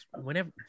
whenever